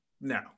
no